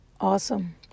awesome